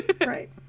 Right